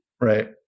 right